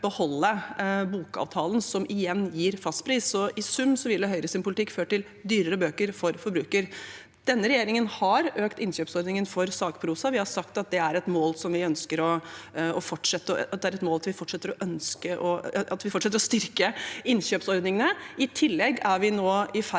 man ville beholde bokavtalen, som igjen gir fastpris – så i sum ville Høyres politikk ført til dyrere bøker for forbrukerne. Denne regjeringen har økt innkjøpsordningen for sakprosa. Vi har sagt at det er et mål at vi fortsetter å styrke innkjøpsordningene. I tillegg er vi nå i ferd